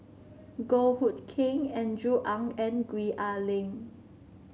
Goh Hood Keng Andrew Ang and Gwee Ah Leng